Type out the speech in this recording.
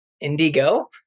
Indigo